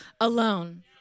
alone